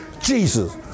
Jesus